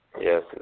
yes